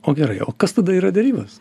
o gerai o kas tada yra derybos